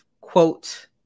quote